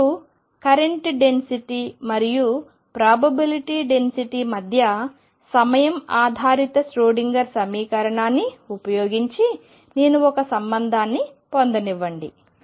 ఇప్పుడు current density మరియు probability density మధ్య సమయం ఆధారిత ష్రోడింగర్ సమీకరణాన్ని ఉపయోగించి నేను ఒక సంబంధాన్ని పొందనివ్వండి